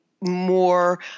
more